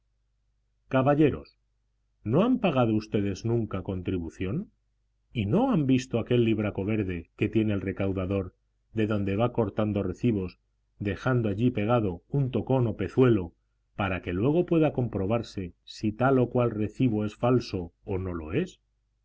caballeros no han pagado ustedes nunca contribución y no han visto aquel libraco verde que tiene el recaudador de donde va cortando recibos dejando allí pegado un tocón o pezuelo para que luego pueda comprobarse si tal o cual recibo es falso o no lo es